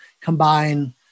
combine